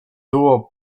było